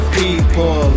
people